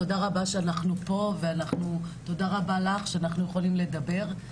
תודה רבה שאנחנו פה ותודה רבה לך שאנחנו יכולים לדבר.